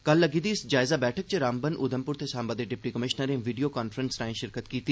कल लग्गी दी इस जायज़ा बैठक च रामबन उधमप्र ते साम्बा दे डिप्टी कमीशनरें वीडियो कांफ्रेसिंग रांए शिरकती कीती